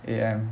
A_M